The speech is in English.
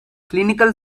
clinical